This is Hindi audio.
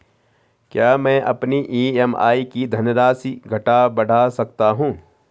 क्या मैं अपनी ई.एम.आई की धनराशि घटा बढ़ा सकता हूँ?